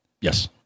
Yes